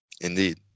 Indeed